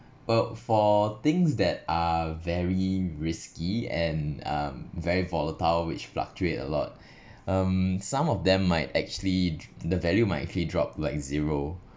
but for things that are very risky and um very volatile which fluctuate a lot um some of them might actually d~ the value might actually drop like zero